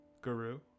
Guru